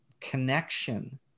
connection